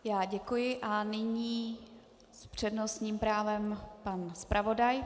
Já děkuji a nyní s přednostním právem pan zpravodaj.